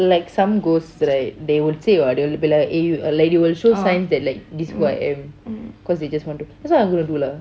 like some ghosts like they will say what they will be like eh you like they will show signs that this is who I am cause they just want to that's what I'm going to do lah